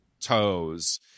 toes